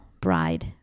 bride